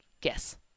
Guess